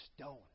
stone